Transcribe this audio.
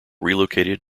relocated